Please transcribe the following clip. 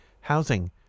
housing